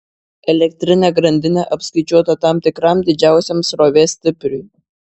elektrinė grandinė apskaičiuota tam tikram didžiausiam srovės stipriui